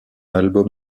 album